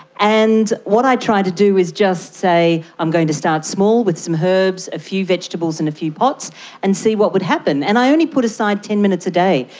and what i tried to do is just say i'm going to start small with some herbs, a few vegetables in a few pots and see what would happen. and i only put aside ten minutes a day.